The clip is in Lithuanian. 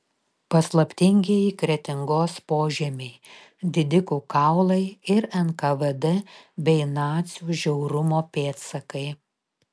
paslaptingieji kretingos požemiai didikų kaulai ir nkvd bei nacių žiaurumo pėdsakai